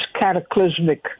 cataclysmic